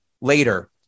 later